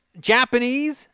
Japanese